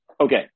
Okay